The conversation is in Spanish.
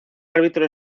árbitro